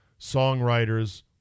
songwriters